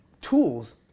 tools